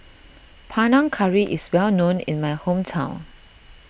Panang Curry is well known in my hometown